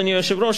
אדוני היושב-ראש,